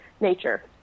nature